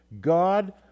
God